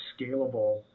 scalable